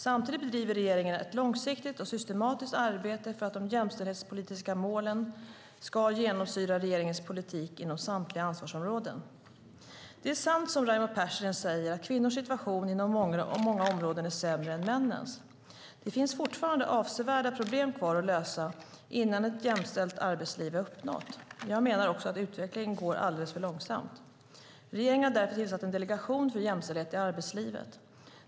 Samtidigt bedriver regeringen ett långsiktigt och systematiskt arbete för att de jämställdhetspolitiska målen ska genomsyra regeringens politik inom samtliga ansvarsområden. Det är sant, som Raimo Pärssinen säger, att kvinnors situation inom många områden är sämre än männens. Det finns fortfarande avsevärda problem kvar att lösa innan ett jämställt arbetsliv är uppnått. Jag menar också att utvecklingen går alltför långsamt. Regeringen har därför tillsatt en delegation för jämställdhet i arbetslivet.